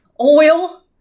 oil